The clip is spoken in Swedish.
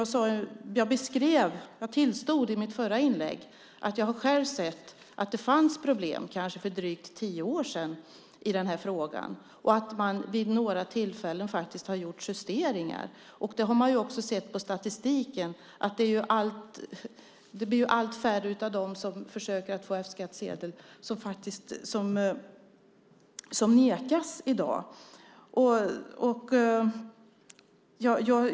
Jag tillstod i mitt förra inlägg att jag själv har sett att det funnits problem i den här frågan, kanske för drygt tio år sedan, och att man vid några tillfällen har gjort justeringar. Vi har också sett i statistiken att allt färre av dem som försöker få F-skattsedel nekas i dag.